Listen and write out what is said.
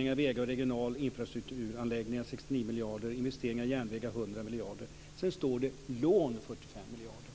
i vägar och regionala infrastrukturanläggningar: 69 miljarder och investeringar i järnvägar: 100 miljarder. Sedan står det: Lån: 45 miljarder.